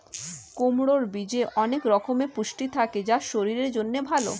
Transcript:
কুমড়োর বীজে অনেক রকমের পুষ্টি থাকে যা শরীরের জন্য ভালো